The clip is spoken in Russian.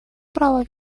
право